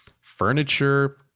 furniture